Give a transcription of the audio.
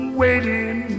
waiting